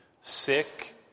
sick